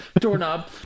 doorknob